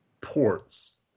ports